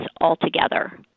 altogether